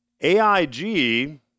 AIG